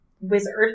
wizard